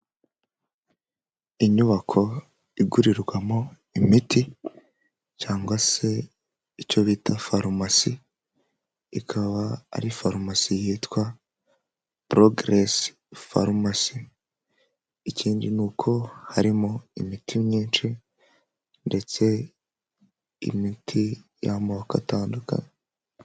Inyubako igurirwamo imiti cyangwa se icyo bita farumasi, ikaba ari farumasi yitwa porogiresi farumasi, ikindi ni uko harimo imiti myinshi ndetse imiti y'amoko atandukanye.